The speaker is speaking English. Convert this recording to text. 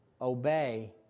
obey